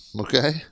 okay